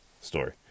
story